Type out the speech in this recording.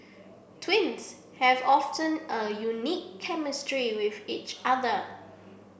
twins have often a unique chemistry with each other